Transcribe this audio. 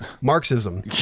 Marxism